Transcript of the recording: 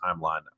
timeline